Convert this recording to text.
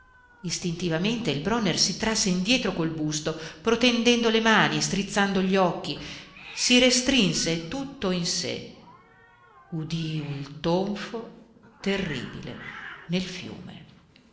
istintivamente il bronner si trasse indietro col busto protendendo le mani e strizzando gli occhi si restrinse tutto in sé udì il tonfo terribile nel fiume